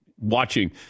watching